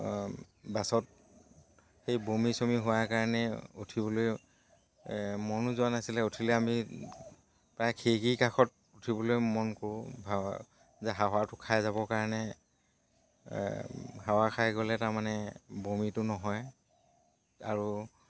বাছত সেই বমি চমি হোৱাৰ কাৰণে উঠিবলৈ মনো যোৱা নাছিলে উঠিলে আমি প্ৰায় খিড়িকীৰ কাষত উঠিবলৈ মন কৰোঁ ভা যে হাৱাটো খাই যাবৰ কাৰণে হাৱা খাই গ'লে তাৰমানে বমিটো নহয় আৰু